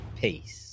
Peace